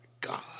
God